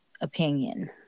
opinion